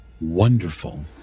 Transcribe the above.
Wonderful